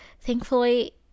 thankfully